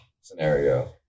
scenario